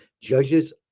Judges